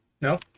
No